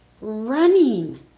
running